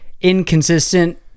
inconsistent